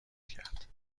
کرد